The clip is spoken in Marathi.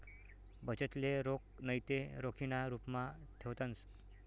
बचतले रोख नैते रोखीना रुपमा ठेवतंस